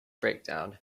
breakdown